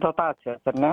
dotacijas ar ne